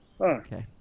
Okay